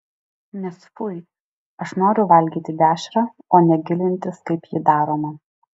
nes fui aš noriu valgyti dešrą o ne gilintis kaip ji daroma